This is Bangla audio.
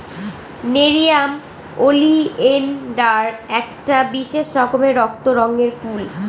নেরিয়াম ওলিয়েনডার একটা বিশেষ রকমের রক্ত রঙের ফুল